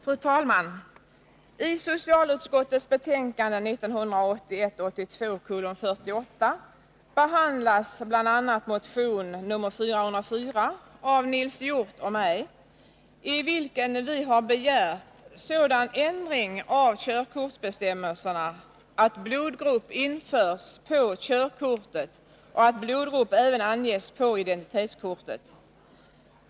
Fru talman! I socialutskottets betänkande 1981/82:48 behandlas bl.a. motion nr 404 av Nils Hjorth och mig, i vilken vi har begärt sådan ändring av körkortsbestämmelserna att blodgrupp införs på körkortet och att blodgrupp även anges på identitetskortet.